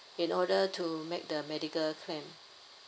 in order to make the medical claim